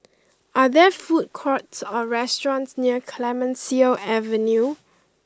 are there food courts or restaurants near Clemenceau Avenue